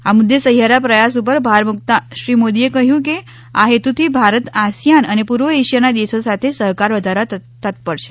આ મુદ્દે સહિયારા પ્રયાસ ઉપર ભાર મુકતા શ્રી મોદીએ કહ્યું કે આ હેતુથી ભારત આ સિયાન અને પૂર્વ એશિયાના દેશો સાથે સહકાર વધારવા તત્પર છે